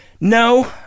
No